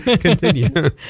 Continue